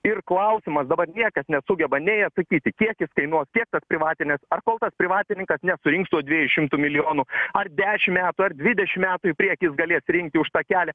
ir klausimas dabar niekas nesugeba nei atsakyti kiek jis kainuos kiek tas privatinis ar kol privatininkas nesurinks tų dviejų šimtų milijonų ar dešimt metų ar dvidešimt metų į priekį jis galės rinkti už tą kelią